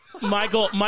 Michael